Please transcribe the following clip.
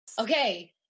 okay